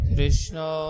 Krishna